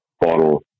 bottle